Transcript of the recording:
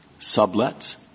sublets